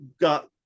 got